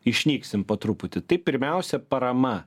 išnyksim po truputį tai pirmiausia parama